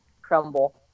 crumble